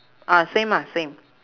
ah same lah same